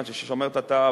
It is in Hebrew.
עד שהוא שומר את התו,